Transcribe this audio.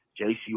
JC